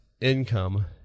income